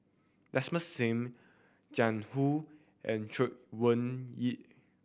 Desmond Sim Jiang Hu and Chay Weng Yew